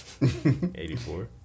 84